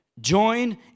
join